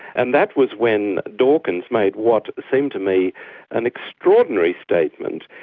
and that was when dawkins made what seemed to me an extraordinary statement.